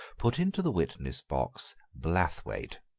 put into the witness box blathwayt,